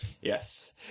Yes